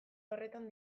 horretan